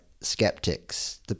skeptics